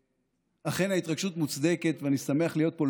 אכן ההתרגשות מוצדקת, ואני שמח להיות פה.